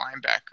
linebacker